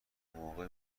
موقع